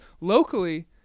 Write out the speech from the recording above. locally